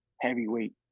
heavyweight